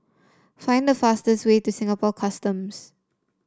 find the fastest way to Singapore Customs